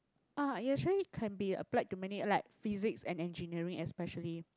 ah it actually can be applied to many like physics and engineering especially